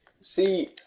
See